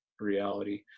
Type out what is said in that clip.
reality